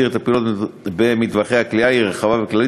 את הפעילות במטווחי הקליעה היא רחבה וכללית.